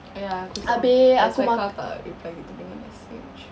oh ya aku saw that's why kau tak reply kita punya message